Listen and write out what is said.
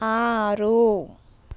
ఆరు